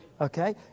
Okay